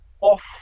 off